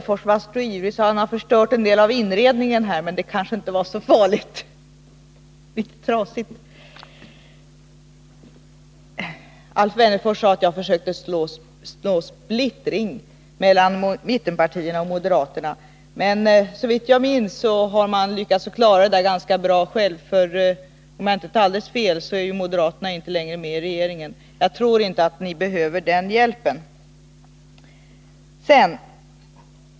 Fru talman! Alf Wennerfors sade att jag försökte så splittring mellan mittenpartierna och moderaterna. Men såvitt jag vet har man lyckats klara det ganska bra själv — om jag inte tar alldeles fel är moderaterna inte längre med i regeringen. Jag tror alltså inte att ni behöver den hjälpen.